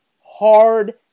hard